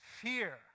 fear